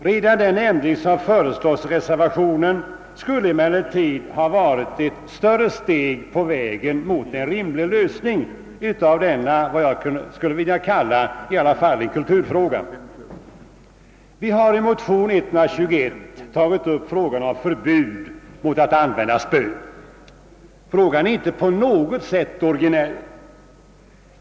Redan den ändring som föreslås i reservationen skulle emellertid ha varit ett större steg på vägen mot en rimlig lösning av denna — som jag skulle vilja kalla det — kulturfråga. Vi har i motion 121 tagit upp frågan om förbud mot att använda spö. Förslaget är inte på något sätt originellt.